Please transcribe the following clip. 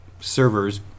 servers